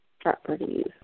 properties